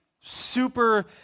super